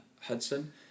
Hudson